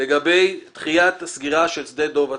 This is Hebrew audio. לגבי דחיית סגירת שדה דב הצבאי.